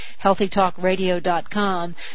HealthyTalkRadio.com